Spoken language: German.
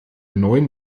neuen